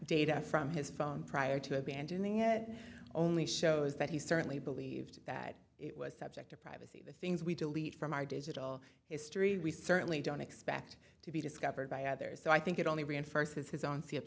data from his phone prior to abandon the head only shows that he certainly believed that it was subject to privacy the things we delete from our digital history we certainly don't expect to be discovered by others so i think it only reinforces his own s